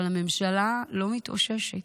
אבל הממשלה לא מתאוששת,